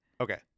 Okay